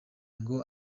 ngo